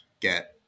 get